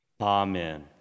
Amen